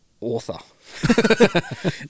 author